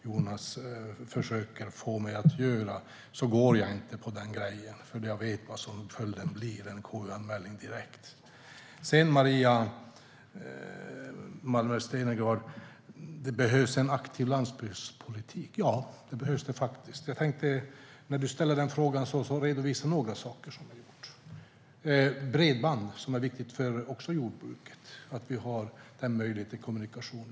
Jag går inte på den grejen, för jag vet vad följden blir. Det blir en KU-anmälan direkt. Sedan vänder jag mig till Maria Malmer Stenergard. Det behövs en aktiv landsbygdspolitik. Ja, det behövs det faktiskt. Jag tänkte redovisa några saker som vi har gjort. Bredband är viktigt också för jordbruket - det är viktigt att vi har den möjligheten till kommunikation.